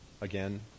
again